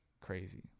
crazy